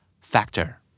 factor